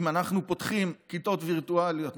אם אנחנו פותחים כיתות וירטואליות,